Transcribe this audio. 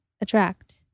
Attract